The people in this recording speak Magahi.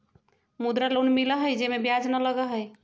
मुद्रा लोन मिलहई जे में ब्याज न लगहई?